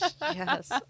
Yes